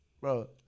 bro